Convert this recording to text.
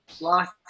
lost